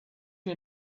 you